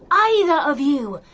either of you!